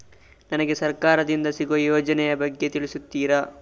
ನನಗೆ ಸರ್ಕಾರ ದಿಂದ ಸಿಗುವ ಯೋಜನೆ ಯ ಬಗ್ಗೆ ತಿಳಿಸುತ್ತೀರಾ?